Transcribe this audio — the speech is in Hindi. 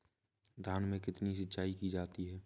धान में कितनी सिंचाई की जाती है?